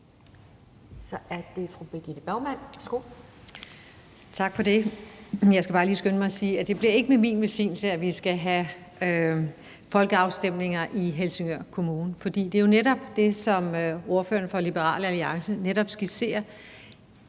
Kl. 12:43 Birgitte Bergman (KF): Tak for det. Jeg skal bare lige skynde mig at sige, at det ikke bliver med min velsignelse, at vi skal have folkeafstemninger i Helsingør Kommune, for det er jo netop, som ordføreren for Liberal Alliance skitserer,